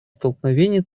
столкновение